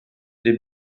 les